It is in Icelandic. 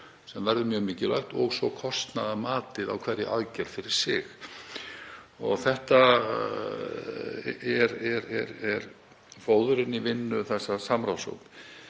sem verður mjög mikilvægt, og svo kostnaðarmati á hverja aðgerð fyrir sig. Þetta er fóður inn í vinnu samráðshópsins